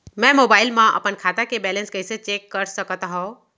मैं मोबाइल मा अपन खाता के बैलेन्स कइसे चेक कर सकत हव?